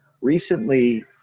recently